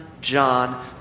John